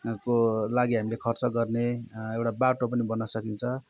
को लागि हामीले खर्च गर्ने एउटा बाटो पनि बन्न सकिन्छ